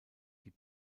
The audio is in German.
die